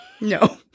No